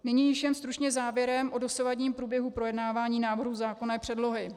Nyní již jen stručně závěrem o dosavadním průběhu projednávání návrhu zákonné předlohy.